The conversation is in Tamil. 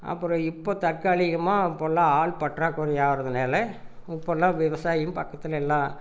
அப்புறம் இப்போ தற்காலிகமாக போல ஆள் பற்றாக்குறை ஆகிறதுனால இப்போலாம் விவசாயம் பக்கத்தில் எல்லாம்